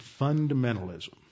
fundamentalism